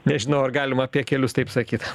nežinau ar galima apie kelius taip sakyt